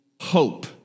Hope